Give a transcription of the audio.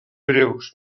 breus